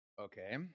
Okay